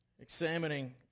examining